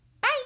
Bye